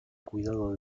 cuidado